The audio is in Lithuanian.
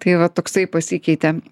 tai va toksai pasikeitė